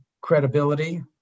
credibility